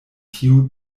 tiu